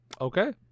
Okay